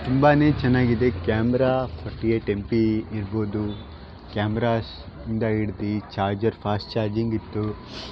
ತುಂಬಾನೇ ಚೆನ್ನಾಗಿದೆ camera forty eight M P ಇರ್ಬೋದು ಕ್ಯಾಮ್ರಾಸ್ ಇಂದ ಹಿಡಿದು ಚಾರ್ಜರ್ ಫಾಸ್ಟ್ ಚಾರ್ಜಿಂಗ್ ಇತ್ತು